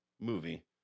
movie